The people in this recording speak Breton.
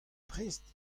prest